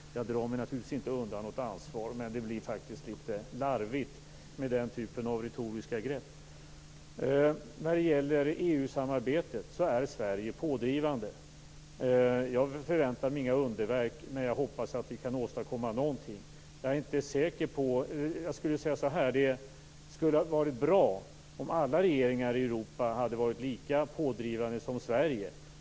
Jag drar mig naturligtvis inte undan något ansvar, men det blir litet larvigt med den typen av retoriska grepp. När det gäller EU-samarbetet är Sverige pådrivande. Jag förväntar mig inga underverk, men jag hoppas att vi kan åstadkomma någonting. Det skulle ha varit bra om alla regeringar i Europa hade varit lika pådrivande som Sveriges regering.